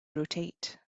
rotate